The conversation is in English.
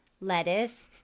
lettuce